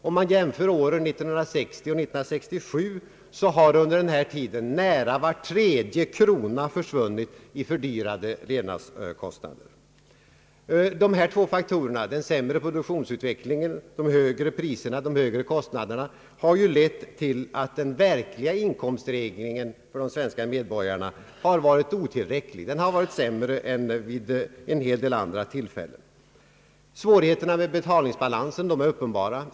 Om man jämför åren 1960 och 1967 har på den tiden nära var tredje krona försvunnit i fördyrade levnadskostnader. Dessa två faktorer, den sämre produktionsutvecklingen å ena sidan och de högre priserna och högre kostnaderna å den andra, har lett till att den verkliga inkomststegringen för de svenska medborgarna har varit otillräcklig. Den har varit sämre än vid en hel del andra tillfällen. Svårigheterna med betalningsbalansen är uppenbara.